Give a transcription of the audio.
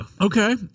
Okay